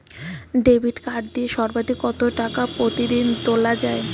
Debit card দিয়ে সর্বাধিক কত টাকা প্রতিদিন তোলা য়ায়?